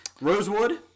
Rosewood